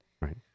Right